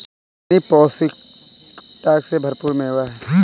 खुबानी पौष्टिकता से भरपूर मेवा है